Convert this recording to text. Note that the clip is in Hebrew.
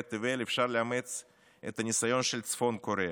תבל אפשר לאמץ את הניסיון של צפון קוריאה,